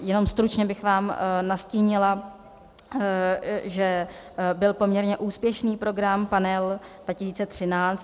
Jenom stručně bych vám nastínila, že byl poměrně úspěšný program Panel 2013.